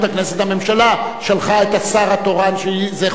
הממשלה שלחה את השר התורן, שזו חובתה.